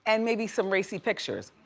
and maybe some racy pictures.